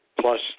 plus